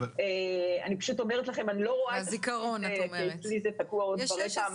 אני לא רואה את זה כי אצלי זה תקוע עוד בשקופית הראשונה.